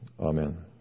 Amen